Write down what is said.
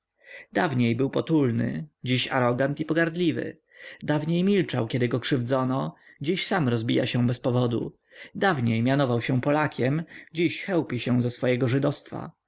dawniej był potulny dziś arogant i pogardliwy dawniej milczał kiedy go krzywdzono dziś sam rozbija się bez powodu dawniej mianował się polakiem dziś chełpi się ze swego żydowstwa